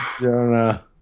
Jonah